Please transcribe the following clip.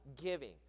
giving